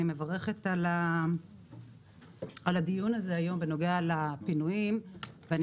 אני מברכת על הדיון הזה היום בנוגע לפינויים ואני